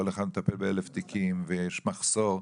כל אחד מטפל באלף תיקים ויש מחסור.